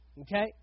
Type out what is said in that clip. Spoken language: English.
Okay